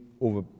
over